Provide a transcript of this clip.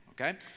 okay